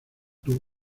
club